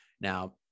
Now